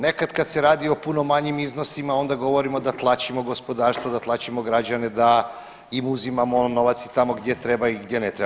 Nekad kad se radi o puno manjim iznosima onda govorimo da tlačimo gospodarstvo, da tlačimo građane, da im uzimamo novac i tamo gdje treba i gdje ne treba.